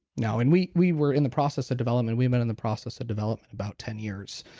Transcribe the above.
no and we we were in the process of development. we've been in the process of development about ten years.